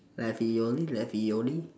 ravioli ravioli